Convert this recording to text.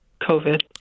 COVID